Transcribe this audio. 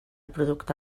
producte